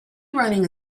running